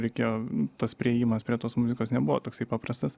reikėjo tas priėjimas prie tos muzikos nebuvo toksai paprastas